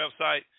website